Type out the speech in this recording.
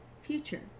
Future